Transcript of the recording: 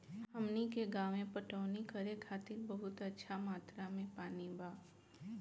हमनी के गांवे पटवनी करे खातिर बहुत अच्छा मात्रा में पानी बा